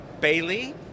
Bailey